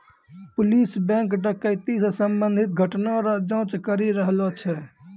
police bank डकैती से संबंधित घटना रो जांच करी रहलो छै